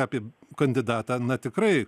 apie kandidatą na tikrai